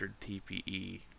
TPE